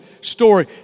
story